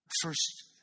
First